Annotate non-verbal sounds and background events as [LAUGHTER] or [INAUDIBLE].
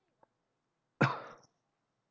[COUGHS]